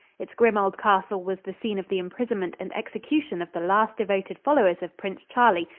its grim old castle was the scene of the imprisonment and execution of the last devoted followers of prince charlie,